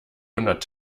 hundert